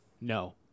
No